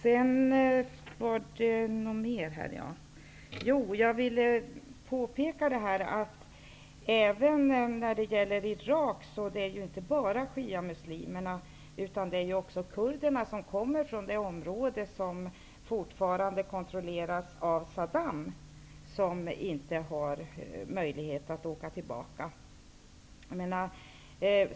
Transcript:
Sedan vill jag påpeka när det gäller Irak att inte bara shiamuslimerna utan också kurderna kom mer från områden som fortfarande kontrolleras av Saddam och inte har möjlighet att åka tillbaka.